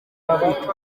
agaruke